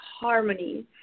harmony